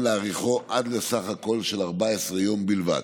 להאריכו בסך הכול עד ל-14 יום בלבד.